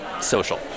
social